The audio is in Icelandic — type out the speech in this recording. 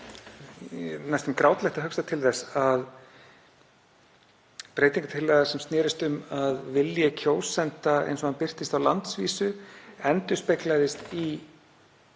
næstum grátlegt að hugsa til þess að breytingartillaga sem snerist um að vilji kjósenda, eins og hann birtist á landsvísu, endurspeglaðist í